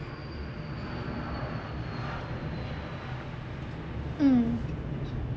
mmhmm